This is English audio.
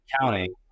counting